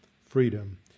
freedom